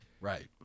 right